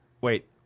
Wait